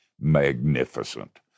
magnificent